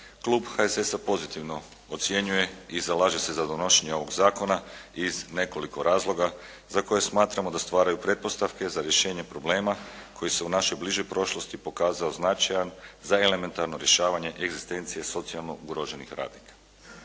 Klub HSS-a pozitivno ocjenjuje i zalaže se za donošenje ovog zakona iz nekoliko razloga za koje smatramo da stvaraju pretpostavke za rješenje problema koji se u našoj bližoj prošlosti pokazao značajan za elementarno rješavanje egzistencije socijalno ugroženih radnika.